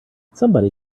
somebody